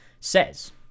says